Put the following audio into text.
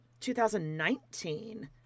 2019